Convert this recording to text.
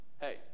Hey